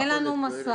אין לנו מושג.